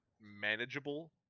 manageable